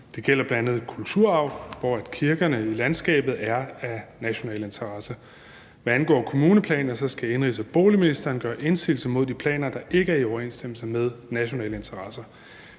Det gælder bl.a. kulturarv, hvor kirkerne i landskabet er af national interesse. Hvad angår kommuneplaner, skal indenrigs- og boligministeren gøre indsigelse mod de planer, der ikke er i overensstemmelse med nationale interesser.